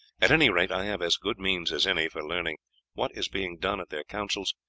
at any rate i have as good means as any for learning what is being done at their councils,